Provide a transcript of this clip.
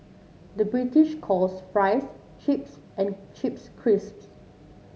the British calls fries chips and chips crisps